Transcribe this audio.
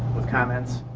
with comments,